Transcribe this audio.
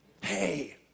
Hey